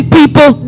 people